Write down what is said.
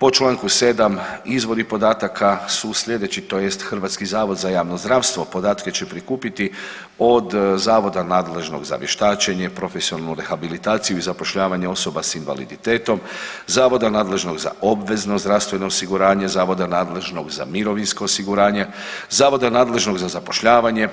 Po Članku 7. izvori podataka su slijedeći tj. HZJZ podatke će prikupiti od zavoda nadležnog za vještačenje, profesionalnu rehabilitaciju i zapošljavanje osoba s invaliditetom, zavoda nadležnog za obvezno zdravstveno osiguranje, zavoda nadležnog za mirovinsko osiguranje, zavoda nadležnog za zapošljavanje